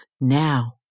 now